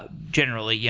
but generally. yeah